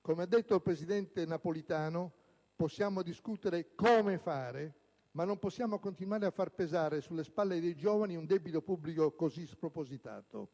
Come ha detto il presidente Napolitano, possiamo discutere come fare, ma non possiamo continuare a far pesare sulle spalle dei giovani un debito pubblico così spropositato.